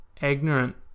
ignorant